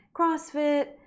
CrossFit